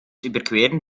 überqueren